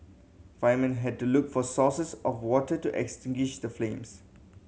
firemen had to look for sources of water to extinguish the flames